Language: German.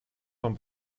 von